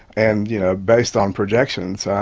and you know based on projections,